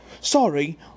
sorry